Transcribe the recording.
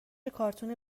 کارتون